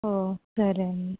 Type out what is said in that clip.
ఓ సరే అండి